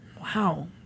Wow